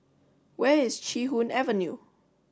where is Chee Hoon Avenue